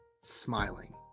smiling